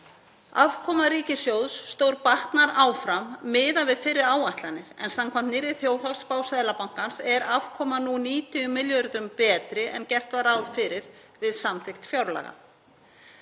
Afkoma ríkissjóðs stórbatnar áfram miðað við fyrri áætlanir, en samkvæmt nýrri þjóðhagsspá Seðlabankans er afkoma nú 90 milljörðum betri en gert var ráð fyrir við samþykkt fjárlaga.